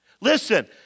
Listen